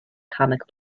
comic